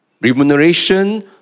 Remuneration